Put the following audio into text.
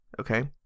Okay